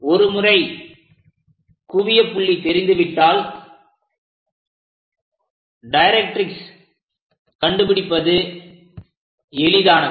ஒருமுறை குவிய புள்ளி தெரிந்து விட்டால் டைரக்ட்ரிக்ஸ் கண்டுபிடிப்பது எளிதானது